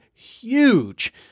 huge